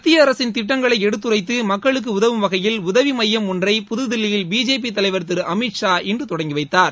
மத்திய அரசின் திட்டங்களை எடுத்துரைத்து மக்களுக்கு உதவும் வகையில் உதவி மையம் ஒன்றை புதுதில்லியில் பிஜேபி தலைவர் திரு அமித் ஷா இன்று தொடங்கி வைத்தார்